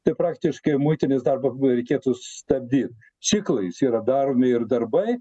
tai praktiškai muitinės darbą reikėtų stabdyt ciklais yra daromi ir darbai